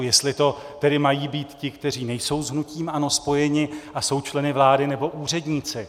Jestli to tedy mají být ti, kteří nejsou s hnutím ANO spojeni a jsou členy vlády, nebo úředníci.